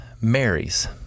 marries